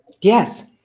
Yes